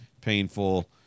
painful